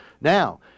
Now